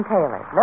Taylor